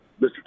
Mr